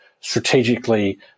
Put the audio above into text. strategically